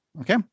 Okay